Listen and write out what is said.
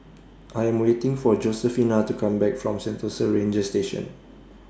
I Am waiting For Josefina to Come Back from Sentosa Ranger Station